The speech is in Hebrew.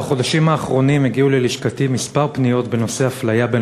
בחודשים האחרונים הגיעו ללשכתי כמה פניות בנושא אפליה בין